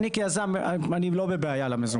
אני, כיזם, אני לא בבעיה על המזומן.